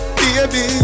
baby